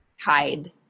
hide